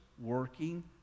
working